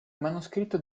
manoscritto